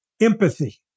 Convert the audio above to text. Empathy